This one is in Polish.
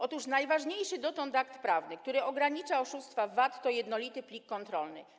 Otóż najważniejszy dotąd akt prawny, który ogranicza oszustwa VAT, to jednolity plik kontrolny.